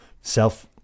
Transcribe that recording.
self